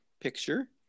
picture